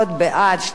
12,